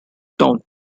town